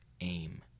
aim